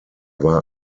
war